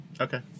Okay